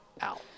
out